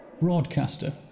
Broadcaster